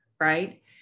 right